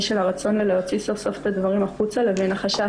של הרצון להוציא סוף סוף את הדברים החוצה לבין החשש